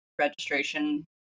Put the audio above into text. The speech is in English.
registration